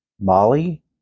Molly